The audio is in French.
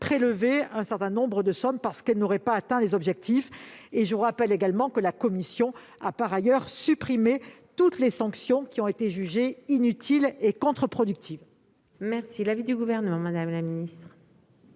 prélever un certain nombre de sommes, parce qu'elles n'auraient pas atteint leurs objectifs. Je rappelle que la commission a par ailleurs supprimé toutes les sanctions qui ont été jugées inutiles et contre-productives. Quel est l'avis du Gouvernement ? Le